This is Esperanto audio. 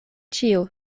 ĉio